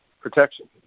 protection